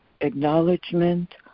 acknowledgement